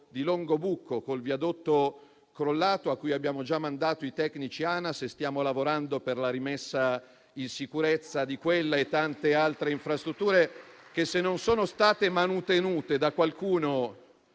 di Longobucco, col viadotto crollato a cui abbiamo già mandato i tecnici Anas e stiamo lavorando per la rimessa in sicurezza di quella e di tante altre infrastrutture che, se non sono state manutenute da qualcuno